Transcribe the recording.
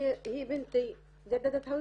(מדברת בערבית)